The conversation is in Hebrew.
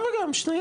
גם וגם, שניהם.